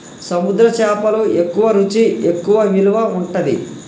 సముద్ర చేపలు ఎక్కువ రుచి ఎక్కువ విలువ ఉంటది